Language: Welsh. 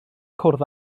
cwrdd